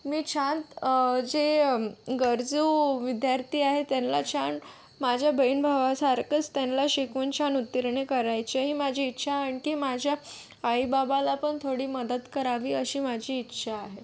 मी छान जे गरजू विद्यार्थी आहे त्यान्ला छान माझ्या बहीणभावासारखंच त्यान्ला शिकवून छान उत्तीर्ण करायचे ही माझी इच्छा आणखी माझ्या आईबाबाला पण थोडी मदत करावी अशी माझी इच्छा आहे